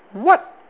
what